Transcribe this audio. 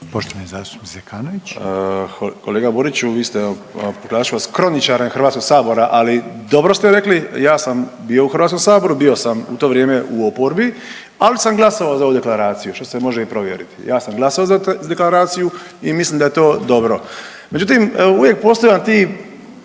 Hrvoje (HDS)** Kolega Boriću vi ste, nazvat ću vas kroničarem Hrvatskog sabora, ali dobro ste rekli, ja sam bio u Hrvatskom saboru, bio sam u to vrijeme u oporbi ali sam glasovao za ovu deklaraciju što se može i povjeriti. Ja sam glasovao za tu deklaraciju i mislim da je to dobro. Međutim, uvijek postoje vam ti